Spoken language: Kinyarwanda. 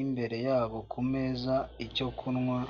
Igikombe birimo icyo kunywa.